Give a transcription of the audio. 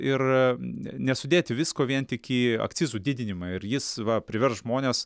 ir nesudėti visko vien tik į akcizų didinimą ir jis va privers žmones